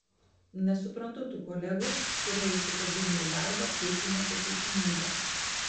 nesuprantu tų kolegų kurie įsikabinę į darbą kaip į nepakeičiamybę